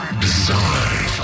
Design